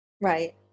Right